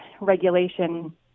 regulation